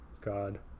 God